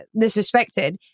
disrespected